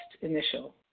initial